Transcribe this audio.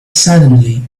suddenly